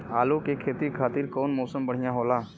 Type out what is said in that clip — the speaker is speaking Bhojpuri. आलू के खेती खातिर कउन मौसम बढ़ियां होला?